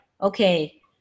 okay